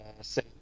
say